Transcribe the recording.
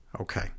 Okay